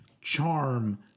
charm